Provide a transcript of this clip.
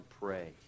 pray